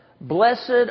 Blessed